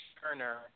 Turner